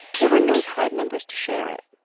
there were no tribe members to share it,